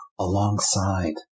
alongside